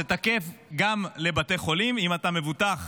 זה תקף גם לבתי חולים, אם אתה מבוטח